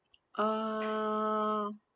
ah